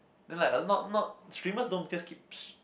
then like a not not treatments don't just keeps